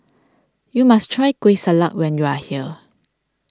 you must try Kueh Salat when you are here